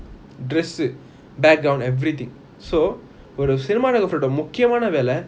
dress eh background everything so ஒரு:oru cinematographer ஓட முக்கியமான வெல்ல:ooda mukkiyamana vella